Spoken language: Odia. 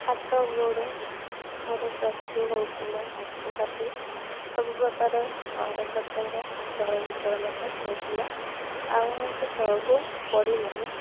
ହାତ ଗୋଡ ମୋର ଚକ୍ଷୁ ହେଉ କିମ୍ବା ନାକ ପାଟି ସବୁ ପ୍ରକାର ଅଙ୍ଗ ପ୍ରତ୍ୟଙ୍ଗ ଚଳ ବିଚଳ ମଧ୍ୟ ହେଉଥିଲା ଆଉ ମୁଁ ବି ତଳକୁ ପଡ଼ିଲିନି